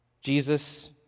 Jesus